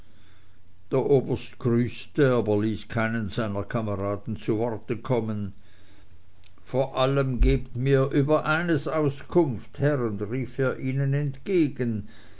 der oberst grüßte aber ließ keinen seiner kameraden zu worte kommen vor allem gebt mir über eines auskunft herren rief er ihnen entgegen